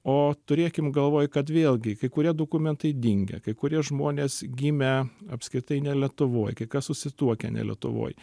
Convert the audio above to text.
o turėkim galvoj kad vėlgi kai kurie dokumentai dingę kai kurie žmonės gimę apskritai ne lietuvoj kai kas susituokę ne lietuvoj